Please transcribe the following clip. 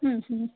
ಹ್ಞೂ ಹ್ಞೂ